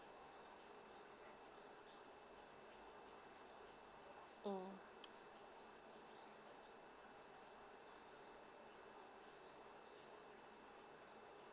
oh